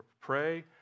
pray